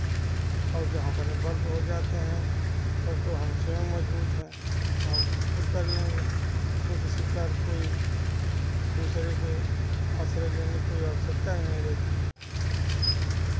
और जब हम अपने बल पर हो जाते हैं तब तो हम स्वयं मज़बूत हैं हम खुद कर लेंगे इसमें किसी प्रकार कि कोई दूसरे के आश्रय लेने का कोई आवश्यकता ही नहीं रहती